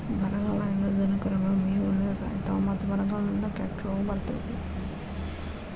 ಬರಗಾಲದಿಂದ ದನಕರುಗಳು ಮೇವು ಇಲ್ಲದ ಸಾಯಿತಾವ ಮತ್ತ ಬರಗಾಲದಿಂದ ಕೆಟ್ಟ ರೋಗ ಬರ್ತೈತಿ